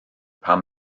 pam